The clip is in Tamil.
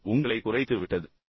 அது உங்களைக் குறைத்துவிட்டது